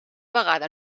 vegada